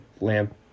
lamp